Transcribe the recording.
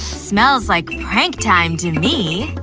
smells like prank time to me.